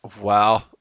Wow